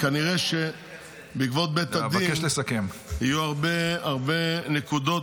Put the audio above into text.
כנראה שבעקבות בית הדין יהיו הרבה נקודות